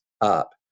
up